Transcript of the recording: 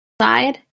side